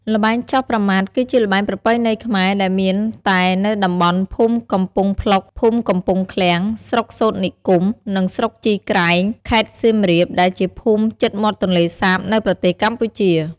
ល្បែងចោះប្រមាត់ គឺជាល្បែងប្រពៃណីខ្មែរ ដែលមានតែនៅតំបន់ភូមិកំពង់ភ្លុក ភូមិកំពង់ឃ្លាំង ស្រុកសូត្រនិគម និងស្រុកជីក្រែង ខេត្តសៀមរាប ដែលជាភូមិជិតមាត់ទន្លេសាប នៅប្រទេសកម្ពុជា។